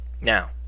Now